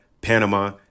Panama